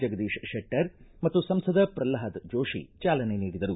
ಜಗದೀತ್ ಶೆಟ್ಟರ್ ಮತ್ತು ಸಂಸದ ಪ್ರಲ್ನಾದ ಜೋತಿ ಚಾಲನೆ ನೀಡಿದರು